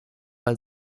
weil